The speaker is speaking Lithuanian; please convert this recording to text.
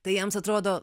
tai jiems atrodo